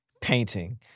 painting